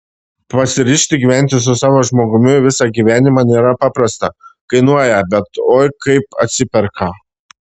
pasiryžti gyventi su savo žmogumi visą gyvenimą nėra paprasta kainuoja bet oi kaip atsiperka